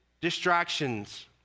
distractions